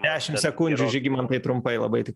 dešim sekundžių žygimantai trumpai labai tik